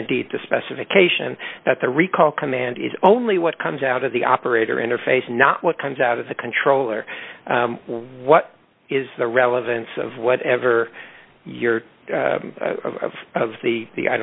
indeed the specification that the recall command is only what comes out of the operator interface not what comes out of the controller what is the relevance of whatever you're of of the the i